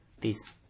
peace